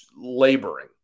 laboring